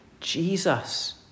Jesus